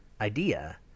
idea